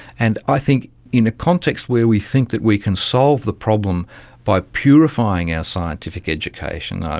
and i think in a context where we think that we can solve the problem by purifying our scientific education,